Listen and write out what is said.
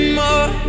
more